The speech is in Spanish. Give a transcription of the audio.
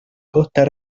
costa